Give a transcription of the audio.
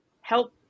help